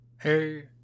Hey